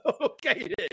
Okay